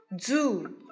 Zoo